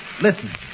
listen